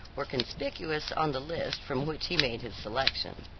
were conspicuous on the list from which he made his selection.